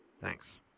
Thanks